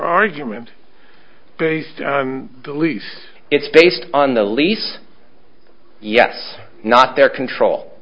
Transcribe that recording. argument based belief it's based on the lease yes not their control